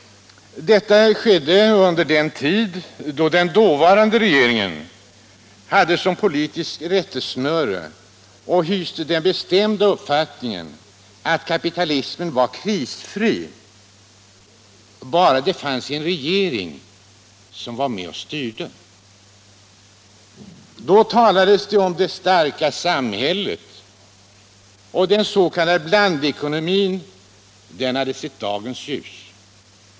Detta skedde under den tid då den dåvarande regeringen hade som politiskt rättesnöre — och hyste den bestämda uppfattningen — att kapitalismen var krisfri bara det fanns en regering som var med och styrde. Då talades det om det starka samhället, och den s.k. blandekonomin hade sett dagens ljus.